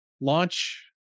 launch